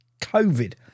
COVID